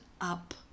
up